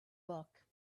book